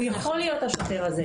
הוא יכול להיות השוטר הזה.